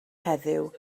heddiw